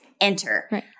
enter